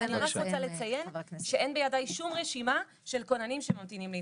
אני רק רוצה לציין שאין בידי שום רשימה של כוננים שממתינים להתחבר.